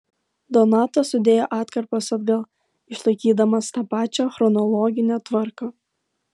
donatas sudėjo atkarpas atgal išlaikydamas tą pačią chronologinę tvarką